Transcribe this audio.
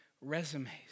resumes